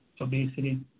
obesity